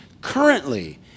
currently